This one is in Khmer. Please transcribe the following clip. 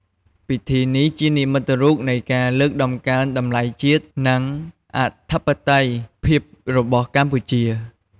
ពិធីនេះជានិមិត្តរូបនៃការលើកតម្កើងតម្លៃជាតិ និងអធិបតេយ្យភាពរបស់កម្ពុជា។